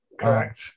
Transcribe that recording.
correct